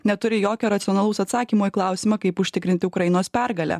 neturi jokio racionalaus atsakymo į klausimą kaip užtikrinti ukrainos pergalę